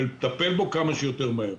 ולטפל בו כמה שיותר מהר.